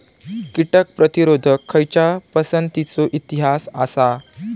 कीटक प्रतिरोधक खयच्या पसंतीचो इतिहास आसा?